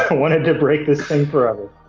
ah wanted to break this thing forever.